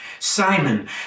Simon